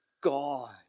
God